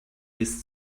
bis